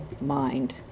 mind